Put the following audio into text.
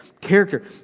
character